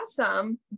awesome